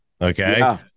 Okay